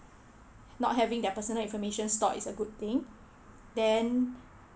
not having their personal information stored is a good thing then